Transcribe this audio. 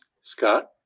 Scott